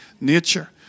nature